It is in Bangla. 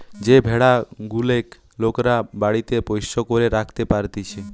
যে ভেড়া গুলেক লোকরা বাড়িতে পোষ্য করে রাখতে পারতিছে